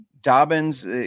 Dobbins